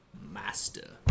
master